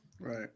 right